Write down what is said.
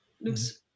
Looks